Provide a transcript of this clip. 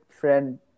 friend